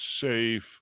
safe